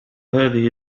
هذه